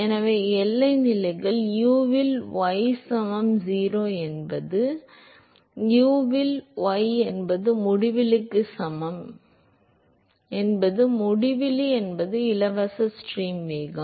எனவே எல்லை நிலைகள் u இல் y சமம் 0 என்பது 0 u இல் y என்பது முடிவிலிக்கு சமம் என்பது முடிவிலி என்பது இலவச ஸ்ட்ரீம் வேகம்